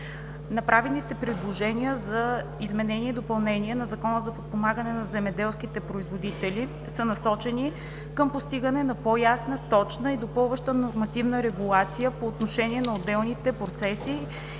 Направените предложения за изменение и допълнение на Закона за подпомагане на земеделските производители са насочени към постигане на по-ясна, точна и допълваща нормативна регулация по отношение на отделните процеси